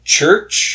Church